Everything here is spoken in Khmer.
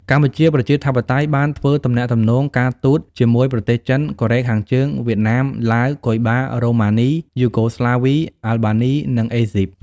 កម្ពុជាប្រជាធិបតេយ្យបានធ្វើទំនាក់ទំនងការទូតជាមួយប្រទេសចិន កូរ៉េខាងជើង វៀតណាម ឡាវ គុយបា រូម៉ានី យូហ្គោស្លាវី អាល់បានី និងអេហ្ស៊ីប ។